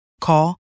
Call